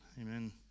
Amen